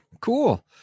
cool